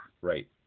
right